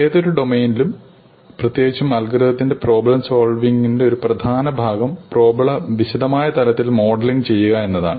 ഏതൊരു ഡൊമെയ്നിലും പ്രത്യേകിച്ചും അൽഗോരിതത്തിൽ പ്രോബ്ലം സോൾവിങ്ങിന്റെ ഒരു പ്രധാന ഭാഗം പ്രോബ്ല വിശദമായ തലത്തിൽ മോഡലിംഗ് ചെയ്യുക എന്നതാണ്